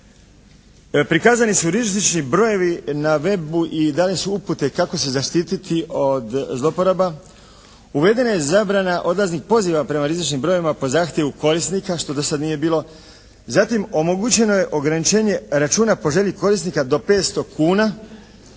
Prikazani su rizični brojevi na web-u i dane su upute kako se zaštititi od zloporaba. Uvedena je zabrana odlaznih poziva prema rizičnim brojevima po zahtjevu korisnika što do sad nije bilo. Zatim omogućeno je ograničenje računa po želji korisnika do 500 kuna.